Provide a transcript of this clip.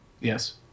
yes